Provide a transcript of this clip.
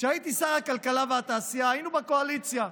כשהייתי שר הכלכלה והתעשייה היינו בקואליציה.